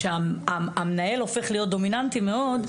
שהמנהל הופך להיות דומיננטי מאוד,